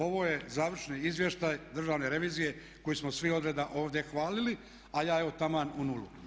Ovo je završni izvještaj Državne revizije koji smo svi odreda ovdje hvalili, a ja evo taman u nulu.